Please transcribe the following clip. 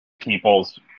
peoples